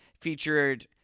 featured